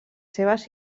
seves